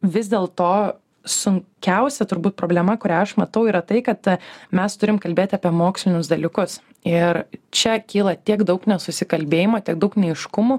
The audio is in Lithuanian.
vis dėl to sunkiausia turbūt problema kurią aš matau yra tai kad mes turim kalbėt apie mokslinius dalykus ir čia kyla tiek daug nesusikalbėjimo tiek daug neaiškumų